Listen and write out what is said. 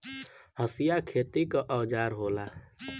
हंसिया खेती क औजार होला